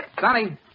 Sonny